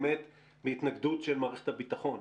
מהתנגדות של מערכת הביטחון.